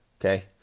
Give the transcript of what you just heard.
okay